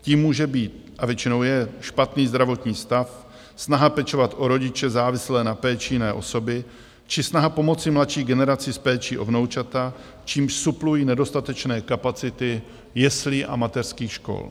Tím může být a většinou je špatný zdravotní stav, snaha pečovat o rodiče závislé na péči jiné osoby či snaha pomoci mladší generaci s péčí o vnoučata, čímž suplují nedostatečné kapacity jeslí a mateřských škol.